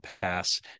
pass